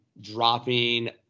Dropping